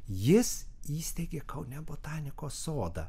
jis įsteigė kaune botanikos sodą